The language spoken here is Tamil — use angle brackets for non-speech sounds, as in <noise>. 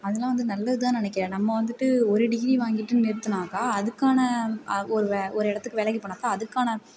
அதலாம் வந்து நல்லது தான் நினைக்கிறேன் நம்ம வந்துட்டு ஒரு டிகிரி வாங்கிட்டு நிறுத்தினாக்கா அதுக்கான ஒரு <unintelligible> ஒரு இடத்துக்கு வேலைக்கு போனப்போ அதுக்கான